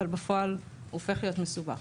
אבל בפועל הופך להיות מסובך.